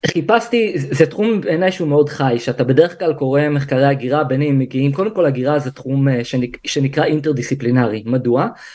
חיפשתי זה תחום בעיניי שהוא מאוד חי שאתה בדרך כלל קורא מחקרי הגירה, בין אם הם מגיעים, קודם כל הגירה זה תחום שנקרא אינטרדיסציפלינרי. מדוע?